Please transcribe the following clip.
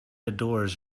adores